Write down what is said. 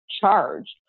charged